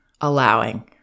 allowing